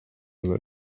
and